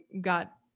got